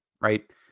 right